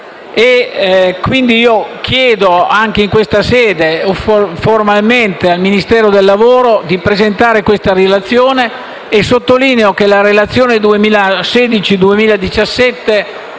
Quindi chiedo anche in questa sede formalmente al Ministero del lavoro di presentare detta relazione e sottolineo che la relazione 2016-2017